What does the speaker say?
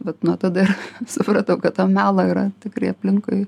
vat nuo tada supratau kad to melo yra tikrai aplinkui